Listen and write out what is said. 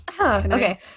Okay